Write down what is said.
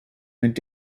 mit